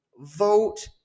vote